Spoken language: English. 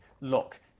look